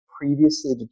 previously